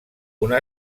una